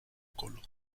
colo